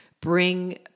bring